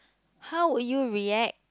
how would you react